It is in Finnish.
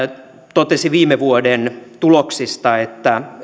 totesi viime vuoden tuloksista että